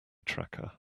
tracker